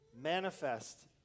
manifest